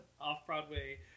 Off-Broadway